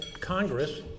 Congress